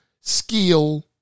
skill